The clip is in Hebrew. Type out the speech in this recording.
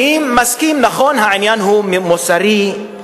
אני ערה לכך ששר התחבורה מקשיב לדברי,